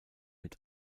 mit